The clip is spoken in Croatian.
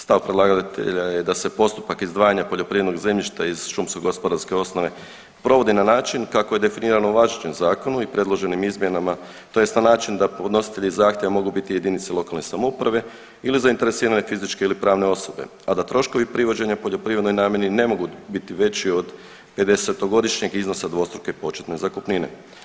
Stav predlagatelja je postupak izdvajanja poljoprivrednog zemljišta iz šumske gospodarske osnove provodi na način kako je definirano u važećem zakonu i predloženim izmjenama tj. na način da podnositelji zahtjeva mogu biti jedinice lokalne samouprave ili zainteresirane fizičke ili pravne osobe, a da troškovi privođenja poljoprivrednoj namjeni ne mogu biti veći od 50-godišnjeg iznosa dvostruke početne zakupnine.